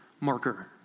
marker